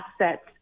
assets